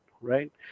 right